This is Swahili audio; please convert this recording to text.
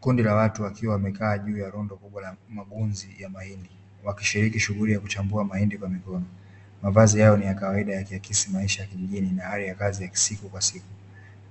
Kundi la watu wakiwa wamekaa juu ya rundo kubwa la magunzi ya mahindi, wakishiriki shughuli ya kuchambua mahindi kwa mikono. Mavazi yao ni ya kawaida yakiakisi maisha ya kijijini na hali ya kazi ya siku kwa siku.